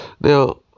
Now